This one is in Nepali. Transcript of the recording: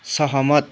सहमत